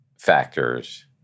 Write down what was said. factors